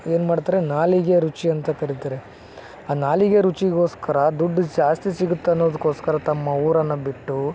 ಏನು ಮಾಡ್ತಾರೆ ನಾಲಿಗೆಯ ರುಚಿಯಂತ ಕರಿತಾರೆ ಆ ನಾಲಿಗೆಯ ರುಚಿಗೋಸ್ಕರ ದುಡ್ಡು ಜಾಸ್ತಿ ಸಿಗುತ್ತೆ ಅನ್ನೋದಕ್ಕೋಸ್ಕರ ತಮ್ಮ ಊರನ್ನು ಬಿಟ್ಟು